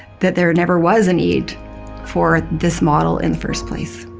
that there never was a need for this model in the first place.